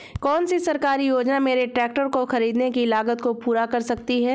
कौन सी सरकारी योजना मेरे ट्रैक्टर को ख़रीदने की लागत को पूरा कर सकती है?